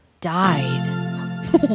died